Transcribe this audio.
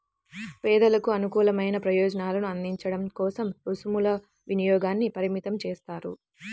పేదలకు అనుకూలమైన ప్రయోజనాలను అందించడం కోసం రుసుముల వినియోగాన్ని పరిమితం చేస్తారు